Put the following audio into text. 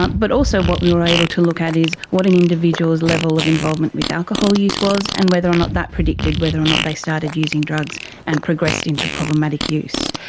but also what we were able to look at what an individual's level of involvement with alcohol use was and whether or not that predicted whether or not they started using drugs and progressed into problematic use,